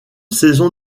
saison